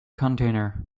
container